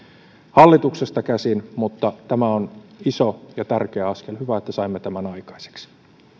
hallituksesta käsin mutta tämä on iso ja tärkeä askel hyvä että saimme tämän aikaiseksi